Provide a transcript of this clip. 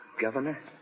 Governor